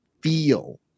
feel